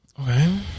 Okay